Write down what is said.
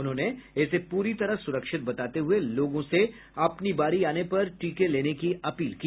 उन्होंने इसे पूरी तरह सुरक्षित बताते हुए लोगों से अपनी बारी आने पर टीके लेने की अपील की